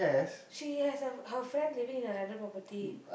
she has her her friends living in a landed property